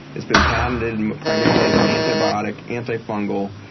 it's been patented and primarily as an antibiotic, antifungal,